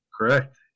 Correct